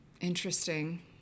interesting